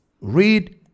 read